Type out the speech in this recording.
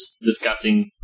discussing